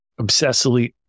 obsessively